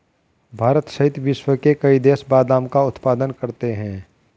भारत सहित विश्व के कई देश बादाम का उत्पादन करते हैं